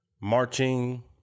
marching